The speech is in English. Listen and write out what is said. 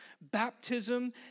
Baptism